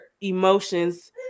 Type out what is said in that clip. emotions